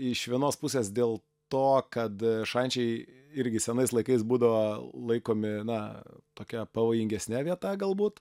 iš vienos pusės dėl to kad šančiai irgi senais laikais būdavo laikomi na tokia pavojingesne vieta galbūt